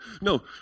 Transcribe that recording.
No